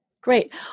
Great